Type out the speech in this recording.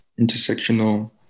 intersectional